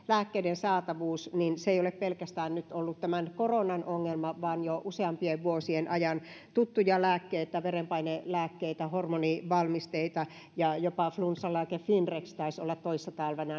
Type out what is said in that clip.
lääkkeiden saatavuus ei ole ollut pelkästään nyt tämän koronan ongelma vaan jo useampien vuosien ajan tuttuja lääkkeitä verenpainelääkkeitä hormonivalmisteita ja jopa flunssalääke finrexin taisi olla toissa päivänä